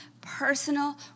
personal